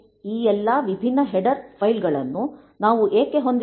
ಈ ಎಲ್ಲಾ ವಿಭಿನ್ನ ಹೆಡರ್ ಫೈಲ್ಗಳನ್ನು ನಾವು ಏಕೆ ಹೊಂದಿರಬೇಕು